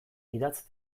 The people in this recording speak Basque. idatz